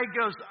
goes